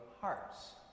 hearts